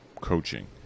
coaching